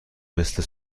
مثل